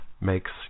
makes